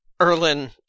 Erlin